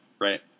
right